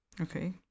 Okay